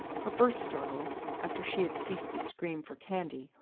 her first struggle after she had ceased to scream for candy,